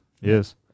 Yes